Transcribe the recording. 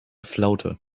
flaute